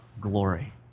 glory